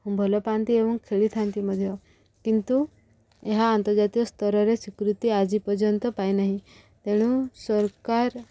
ଭଲ ପାଆନ୍ତି ଏବଂ ଖେଳିଥାନ୍ତି ମଧ୍ୟ କିନ୍ତୁ ଏହା ଆନ୍ତର୍ଜାତୀୟସ୍ତରରେ ସ୍ୱୀକୃତି ଆଜି ପର୍ଯ୍ୟନ୍ତ ପାଇନାହିଁ ତେଣୁ ସରକାର